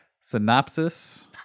Synopsis